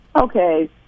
okay